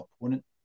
opponent